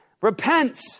Repent